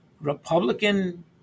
Republican